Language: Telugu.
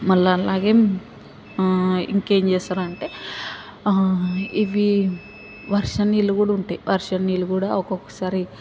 మళ్ళీ అలాగే ఆ ఇంకేం చేస్తారంటే ఇవి వర్షం నీళ్ళు కూడా ఉంటాయి వర్షం నీళ్ళు కూడా ఒక్కొక్కసారి